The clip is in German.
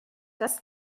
das